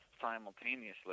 simultaneously